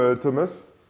Thomas